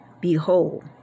behold